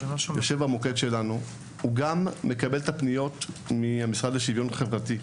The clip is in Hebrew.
שהוא גם יושב במוקד שלנו וגם מקבל את הפניות מהמשרד לשוויון חברתי.